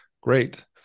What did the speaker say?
great